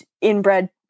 inbred